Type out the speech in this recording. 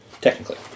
technically